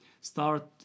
start